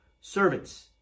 Servants